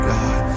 God